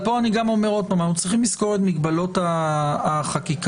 אנחנו צריכים לזכור את מגבלות החקיקה.